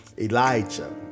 Elijah